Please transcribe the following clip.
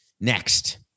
Next